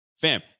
Fam